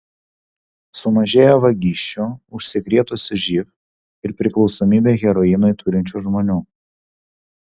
sumažėjo vagysčių užsikrėtusių živ ir priklausomybę heroinui turinčių žmonių